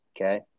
Okay